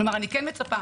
אני מצפה